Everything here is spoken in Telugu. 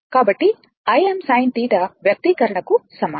కాబట్టి Im sinθ వ్యక్తీకరణకు సమానం